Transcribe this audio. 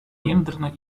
jędrna